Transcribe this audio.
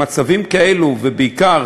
במצבים כאלה, ובעיקר